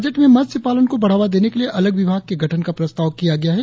budget में मत्स्यपालन को बढ़ावा देने के लिए अलग विभाग के गठन का प्रस्ताव किया गया है